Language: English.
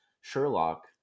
Sherlock